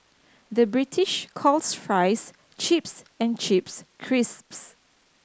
the British calls fries chips and chips crisps